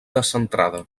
descentrada